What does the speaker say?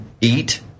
eat